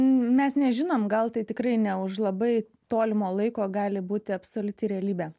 mes nežinom gal tai tikrai ne už labai tolimo laiko gali būti absoliuti realybė